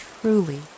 truly